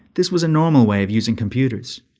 this was a normal way of using computers.